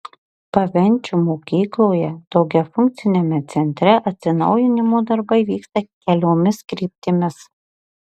pavenčių mokykloje daugiafunkciame centre atsinaujinimo darbai vyksta keliomis kryptimis